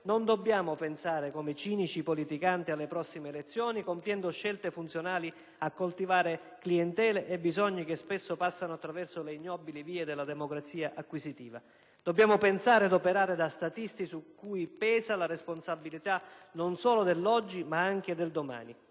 non dobbiamo pensare, come cinici politicanti, alle prossime elezioni, compiendo scelte funzionali a coltivare clientele e bisogni che spesso passano attraverso le ignobili vie della democrazia acquisitiva, dobbiamo pensare ed operare da statisti su cui pesa la responsabilità non solo dell'oggi ma anche del domani.